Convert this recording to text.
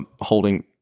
holding